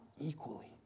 equally